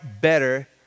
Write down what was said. better